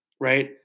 right